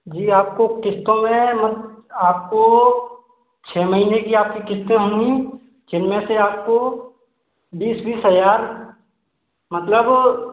जी आपको क़िस्तों में म आपको छ महीने की आपकी क़िस्तें होगी जिन में से आपको बीस बीस हज़अर मतलब